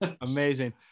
Amazing